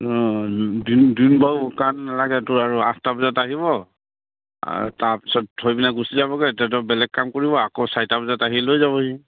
বাৰু কাৰণ নালাগে তো আৰু আঠটা বজাত আহিব তাৰপিছত থৈ পেলাই গুচি যাবগে তেতিয়াতো বেলেগ কাম কৰিব আকৌ চাৰিটা বজাত আহি লৈ যাবহি